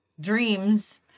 dreams